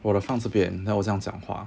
我的放这边 then 我这样讲话